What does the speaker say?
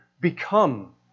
become